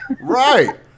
Right